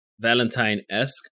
Valentine-esque